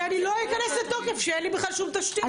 כי אני לא רוצה שזה ייכנס לתוקף כשאין לי בכלל שום תשתית.